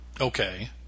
Okay